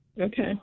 Okay